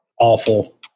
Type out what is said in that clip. awful